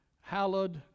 Hallowed